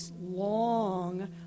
long